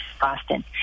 Boston